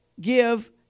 give